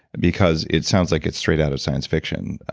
because, it sounds like it's straight out of science fiction.